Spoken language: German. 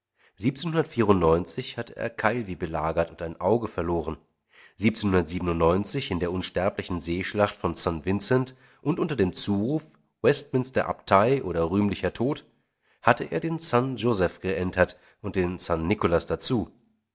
hatte er calvi belagert und ein auge verloren in der unsterblichen seeschlacht von st vincent und unter dem zuruf westminster abtei oder rühmlicher tod hatte er den san josef geentert und den san nicholas dazu